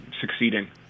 succeeding